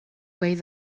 ways